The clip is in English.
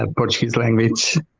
and portuguese language.